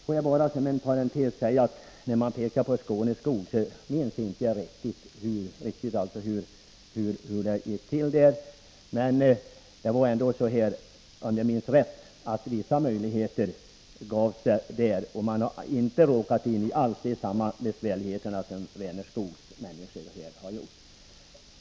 Får jag som en parentes säga att jag inte riktigt erinrar mig hur det gick till i fråga om Skåneskog, men om jag minns rätt gavs det vissa möjligheter. Man har där inte alls råkat in i samma besvärligheter som Vänerskogsdelägarna 39 har gjort.